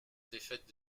défaite